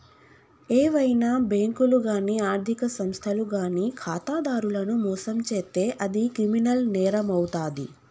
ఏవైనా బ్యేంకులు గానీ ఆర్ధిక సంస్థలు గానీ ఖాతాదారులను మోసం చేత్తే అది క్రిమినల్ నేరమవుతాది